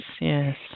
yes